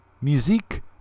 Musique